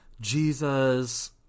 Jesus